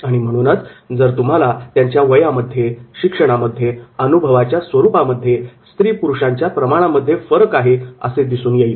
आणि म्हणूनच जर तुम्हाला त्यांच्या वयामध्ये शिक्षणामध्ये अनुभवाच्या स्वरूपामध्ये स्त्री पुरुषांच्या प्रमाणामध्ये फरक आहे असे दिसून येईल